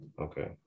Okay